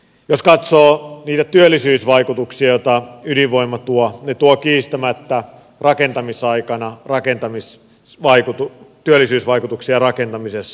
jos katsoo niitä työllisyysvaikutuksia joita ydinvoima tuo se tuo kiistämättä rakentamisaikana työllisyysvaikutuksia rakentamisessa